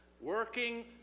working